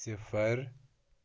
صِفر